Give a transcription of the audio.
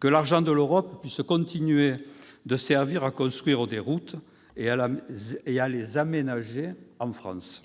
que l'argent de l'Europe continue de servir à construire des routes et à les aménager en France.